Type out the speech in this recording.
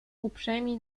uprzejmi